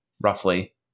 roughly